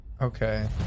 Okay